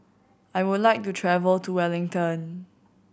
I would like to travel to Wellington